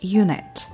unit